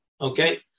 okay